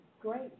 great